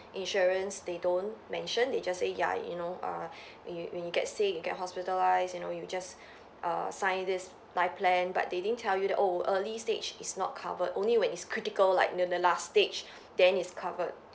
insurance they don't mention they just say ya you know err when you when you get sick when you get hospitalised you know you just err sign this life plan but they didn't tell you that oh early stage is not covered only when it's critical like the the last stage then is covered